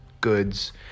goods